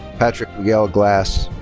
patrick miguel glass.